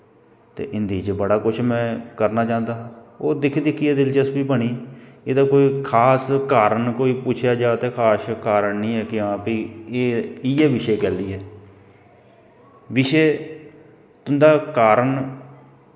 ते हिन्दी च बड़ी कुछ में करना चांह्दा हा ओह् दिक्खी दिक्खियै दिलचस्पी बनी एह्दा कोई खास कारण कोई पुच्छेआ जा ते खास कारण नी ऐ कि हां भाई इ'यै बिशे कैल्ली ऐ बिशे तुं'दा कारण